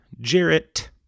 Jarrett